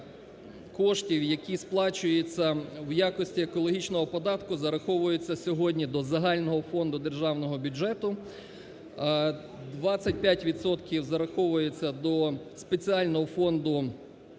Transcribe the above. коштів, які сплачуються в якості екологічного податку, зараховуються сьогодні до загального фонду державного бюджету, 25 відсотків зараховується до спеціального фонду міських, селищних